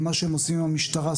מה שהם עושים עם המשטרה,